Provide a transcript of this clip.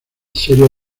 seria